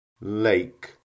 lake